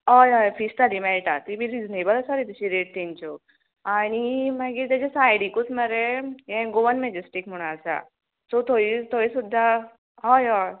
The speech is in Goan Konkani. हय हय फीस थाली मेळटा ती बी रिजनेबल आसा रे तशी रेट तेंच्यो आनी मागीर तेज्या सायडीकूच मरे हें गोवन मॅजॅस्टीक म्हणून आसा सो थंयी थंय सुद्दां हय हय